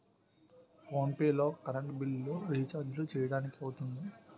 phone pay లో current బిల్లులు, రిచార్జీలు చేయడానికి అవుతుంది